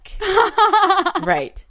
Right